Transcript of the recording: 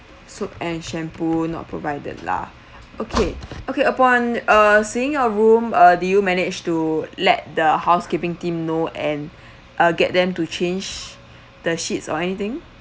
soap and shampoo not provided lah okay okay upon uh seeing your room uh did you manage to let the housekeeping team know and uh get them to change the sheets or anything